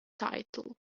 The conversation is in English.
title